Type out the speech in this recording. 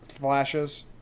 flashes